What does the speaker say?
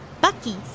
Bucky